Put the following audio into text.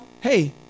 hey